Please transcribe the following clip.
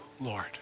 Lord